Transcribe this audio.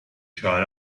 ċar